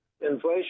inflation